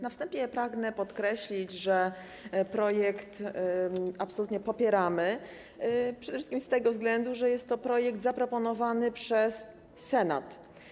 Na wstępie pragnę podkreślić, że projekt absolutnie popieramy, przede wszystkim z tego względu, że jest to projekt zaproponowany przez Senat.